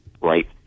right